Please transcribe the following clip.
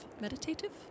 meditative